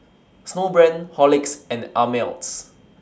Snowbrand Horlicks and Ameltz